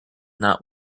not